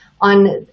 on